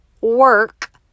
work